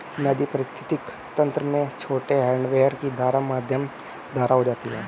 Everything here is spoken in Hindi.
नदी पारिस्थितिक तंत्र में छोटे हैडवाटर की धारा मध्यम धारा हो जाती है